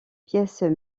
pièces